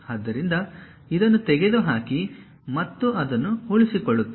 ಆದ್ದರಿಂದ ಇದನ್ನು ತೆಗೆದುಹಾಕಿ ಮತ್ತು ಅದನ್ನು ಉಳಿಸಿಕೊಳ್ಳುತ್ತೇವೆ